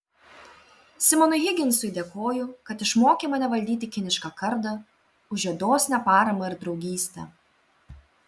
simonui higginsui dėkoju kad išmokė mane valdyti kinišką kardą už jo dosnią paramą ir draugystę